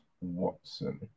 Watson